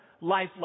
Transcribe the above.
life